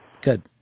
Good